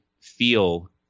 feel